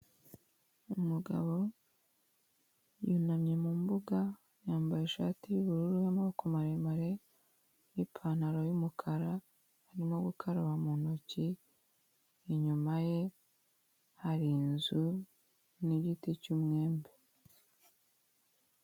Umugabo yunamye mu mbuga, yambaye ishati y'ubururu y'amaboko maremare n'ipantaro y'umukara, arimo gukaraba mu ntoki, inyuma ye hari inzu n'igiti cy'umwembe.